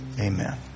amen